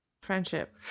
Friendship